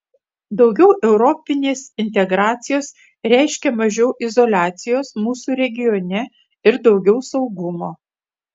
daugiau europinės integracijos reiškia mažiau izoliacijos mūsų regione ir daugiau saugumo